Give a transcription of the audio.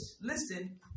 listen